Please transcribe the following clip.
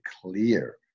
clear